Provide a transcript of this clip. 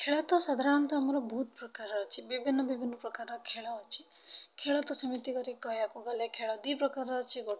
ଖେଳ ତ ସାଧାରଣତଃ ଆମର ବହୁତ ପ୍ରକାର ର ଅଛି ବିଭିନ୍ନ ବିଭିନ୍ନ ପ୍ରକାର ଖେଳ ଅଛି ଖେଳ ତ ସେମିତି କରି କହିବାକୁ ଗଲେ ଖେଳ ଦୁଇ ପ୍ରକାରର ଅଛି ଗୋଟେ